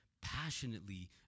passionately